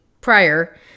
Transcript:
prior